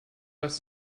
was